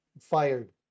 fired